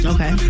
Okay